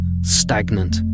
stagnant